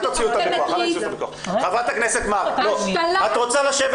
את רוצה לשבת